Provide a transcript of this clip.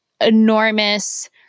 enormous